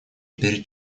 перед